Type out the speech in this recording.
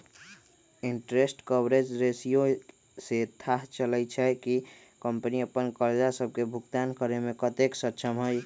interest coverage ratio से थाह चललय छै कि कंपनी अप्पन करजा सभके भुगतान करेमें कतेक सक्षम हइ